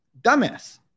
Dumbass